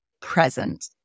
present